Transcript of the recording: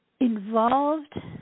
involved